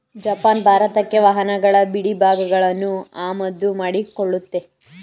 Japan ಭಾರತಕ್ಕೆ ವಾಹನಗಳ ಬಿಡಿಭಾಗಗಳನ್ನು ಆಮದು ಮಾಡಿಕೊಳ್ಳುತ್ತೆ